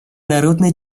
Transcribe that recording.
народно